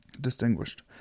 Distinguished